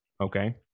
Okay